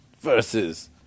versus